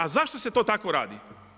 A zašto se to tako radi?